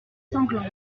sanglant